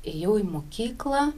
ėjau į mokyklą